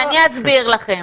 אני אסביר לכם.